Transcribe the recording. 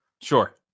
sure